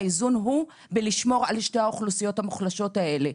האיזון הוא בלשמור על שתי האוכלוסיות המוחלשות האלה.